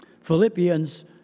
Philippians